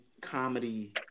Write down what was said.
comedy